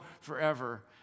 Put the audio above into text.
forever